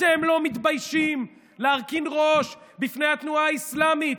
אתם לא מתביישים להרכין ראש בפני התנועה האסלאמית,